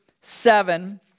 seven